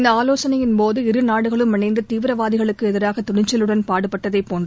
இந்த ஆலோசனையின் போது இரு நாடுகளும் இணைந்து தீவிரவாதிகளுக்கு எதிராக துணிச்சலுடன் பாடுபட்டதை போன்று